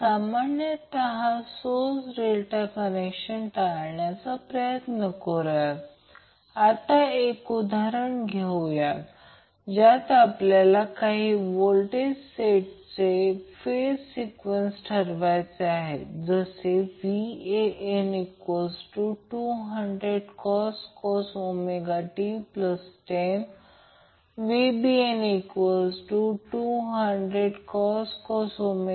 आता जर व्होल्टेज सोर्समध्ये समान अंपलीट्यूड आणि फ्रिक्वेन्सी असेल आणि ते एकमेकांशी 120° आउट ऑफ फेज असतील तर व्होल्टेज बॅलन्स असल्याचे म्हटले जाते याचा अर्थ या व्होल्टेज सोर्समध्ये समान व्होल्टेज मग्निट्यूड असते आणि त्यांची फ्रिक्वेन्सी 120° असते म्हणजे फेज शिफ्ट मधील फरक त्या वेळी अगदी 120° असतो त्याचप्रमाणे व्होल्टेज बॅलन्स आहे हे सांगू शकतो